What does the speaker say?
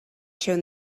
shown